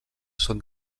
són